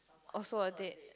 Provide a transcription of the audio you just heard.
also a date